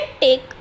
take